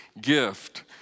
gift